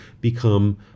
become